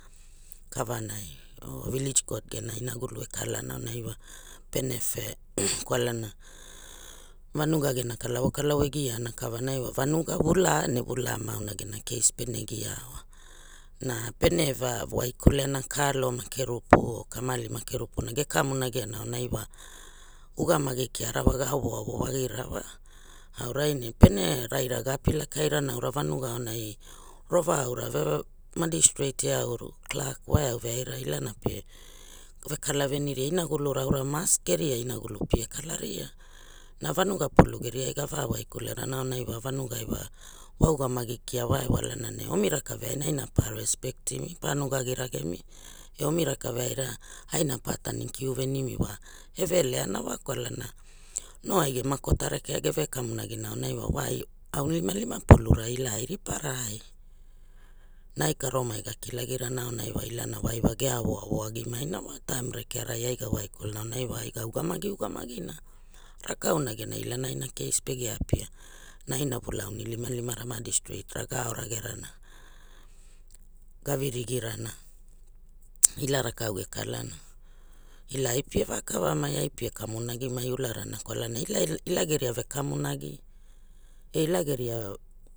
Kavanai or village court gena inagulu e kalana aunai wa pene gari kwalana vanuga gena kalavokalavo e giana e giana kavanai wa vanuga vulaa ne vulana ma auna gera case pene gia aua na pene eva waikulera kalo, makerupu or kamali, makerupu na ge kamonagiana aorai wa ugamagi kiara wa awo awo wagina wa aurai ne pere raira ge api lakai rana aura vanuga or aonai rova aura madistreit eau clerk wa eau veaira ilana pe vekala veairia inagulu aura mast geria inagulu pie kalaria na vanuga plu geriai gora waikulerana aurai wa vanugai wa wa ugamagi kia wa e walana ne omi rakaveaira aina pa resctimi pa nugagirage mi e omi raka vaira aina pa tanikiu veriveri wa eveleana kwalana aunai wa wa aunilimalima polura ila ai ripara e na ai karomai ga kilagi rana aonai wa ilana wa ai wa ge awowao agi maina wa taim rekearai ai ga waikule ne aounai kiana aina class pege apia na aira vulua aunilimalima ra madistreit ra ga aorageana ga virigirana ila rakau ge eau warana kwalana ila ila geria vekamuvagina e ila geria